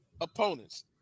opponents